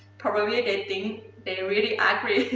probably a good thing, they're really ugly,